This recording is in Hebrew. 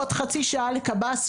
עוד חצי שעה לקב"ס,